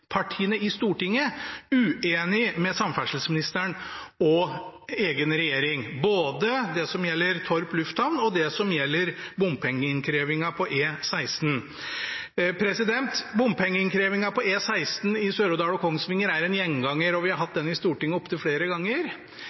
i Stortinget uenig med samferdselsministeren og egen regjering, både det som gjelder Torp lufthavn, og det som gjelder bompengeinnkrevingen på E16. Bompengeinnkrevingen på E16 i Sør-Odal og Kongsvinger er en gjenganger, og vi har hatt den oppe i Stortinget opptil flere ganger.